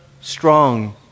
strong